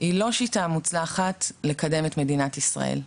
היא לא שיטה מוצלחת לקדם את מדינת ישראל,